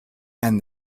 and